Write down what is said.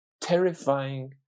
terrifying